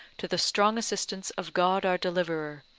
to the strong assistance of god our deliverer,